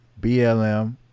BLM